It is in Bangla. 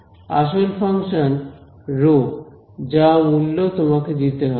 আসল ফাংশন রো যা মূল্য তোমাকে দিতে হবে